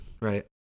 right